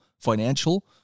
financial